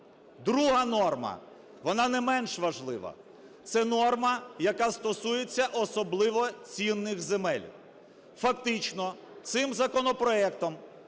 Друга норма, вона не менш важлива, – це норма, яка стосується особливо цінних земель. Фактично цим законопроектом